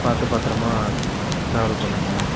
பார்த்து பத்திரமா டிராவல் பண்ணுங்க